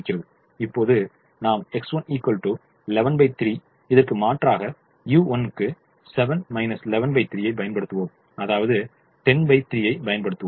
இப்போது நாம் X1 113 இதற்கு மாற்றாக u1 க்கு 7 113 ஐ பயன்படுத்துவோம் அதாவது 103 ஐ பயன்படுத்துவோம்